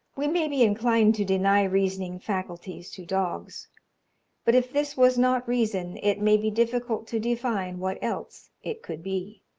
we may be inclined to deny reasoning faculties to dogs but if this was not reason, it may be difficult to define what else it could be.